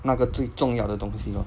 那个最重要的东西 lor